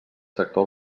sector